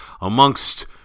amongst